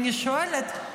אני שואלת: